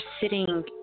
sitting